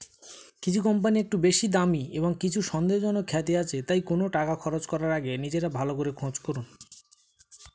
কিছু কম্পানি একটু বেশি দামি এবং কিছুর সন্দেহজনক খ্যাতি আছে তাই কোনো টাকা খরচ করার আগে নিজেরা ভালো করে খোঁজ করুন